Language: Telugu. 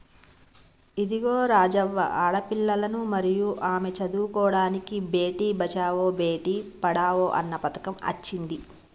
ఇదిగో రాజవ్వ ఆడపిల్లలను మరియు ఆమె చదువుకోడానికి బేటి బచావో బేటి పడావో అన్న పథకం అచ్చింది